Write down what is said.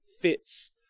fits